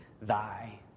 Thy